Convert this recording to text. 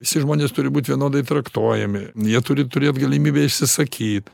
visi žmonės turi būt vienodai traktuojami jie turi turėt galimybę išsisakyt